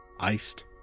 iced